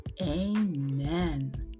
amen